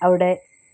അവിടെ